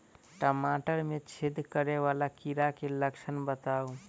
टमाटर मे छेद करै वला कीड़ा केँ लक्षण बताउ?